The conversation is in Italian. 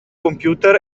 computer